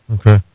Okay